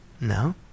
No